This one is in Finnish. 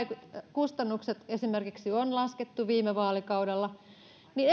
kustannukset esimerkiksi on laskettu viime vaalikaudella niin